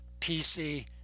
PC